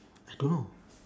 I don't know